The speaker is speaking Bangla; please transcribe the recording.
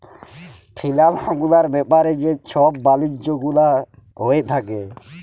ফিলালস গুলার ব্যাপারে যে ছব বালিজ্য গুলা হঁয়ে থ্যাকে